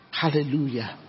Hallelujah